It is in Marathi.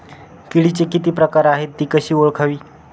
किडीचे किती प्रकार आहेत? ति कशी ओळखावी?